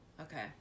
okay